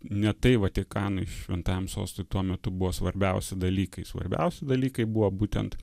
ne tai vatikanui šventajam sostui tuo metu buvo svarbiausi dalykai svarbiausi dalykai buvo būtent